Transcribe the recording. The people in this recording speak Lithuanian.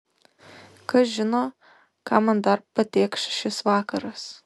kas žino ką man dar patėkš šis vakaras